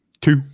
two